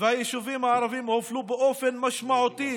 והיישובים הערביים הופלו באופן משמעותי